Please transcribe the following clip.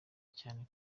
cyane